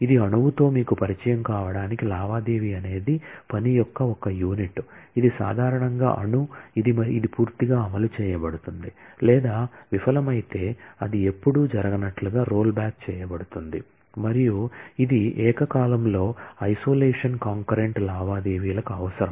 ఇది అణువుతో మీకు పరిచయం కావడానికి లావాదేవీ అనేది పని యొక్క ఒక యూనిట్ ఇది సాధారణంగా అటామిక్ ఇది పూర్తిగా అమలు చేయబడుతుంది లేదా విఫలమైతే అది ఎప్పుడూ జరగనట్లుగా రొల్ బ్యాక్ చేయబడుతుంది మరియు ఇది ఏకకాలంలో ఐసోలేషన్ కాంకర్రెంట్ లావాదేవీలుకు అవసరం